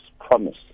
promise